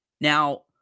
Now